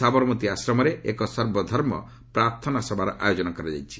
ସାବରମତୀ ଆଶ୍ରମରେ ଏକ ସର୍ବଧର୍ମ ପ୍ରାର୍ଥନା ସଭାର ଆୟୋଜନ କରାଯାଇଛି